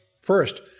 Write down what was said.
First